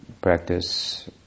practice